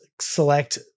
select